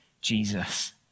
Jesus